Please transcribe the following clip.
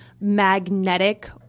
magnetic